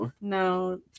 no